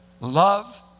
Love